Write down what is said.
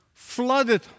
Flooded